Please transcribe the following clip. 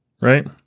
right